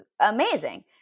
amazing